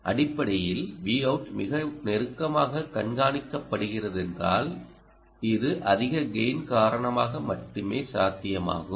அடிப்படையில் Vout மிக நெருக்கமாக கண்காணிக்கப்படுகிறதென்றால் இது அதிக கெய்ன் காரணமாக மட்டுமே சாத்தியமாகும்